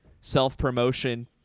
self-promotion